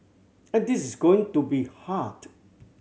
and this is going to be hard